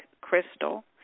crystal